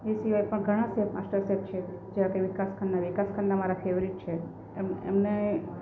એ સિવાય પણ ઘણા શેફ માસ્ટર શેફ છે જે આપડે વિકાસ ખન્ના વિકાસ ખન્ના મારા ફેવરેટ છે એમને